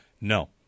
No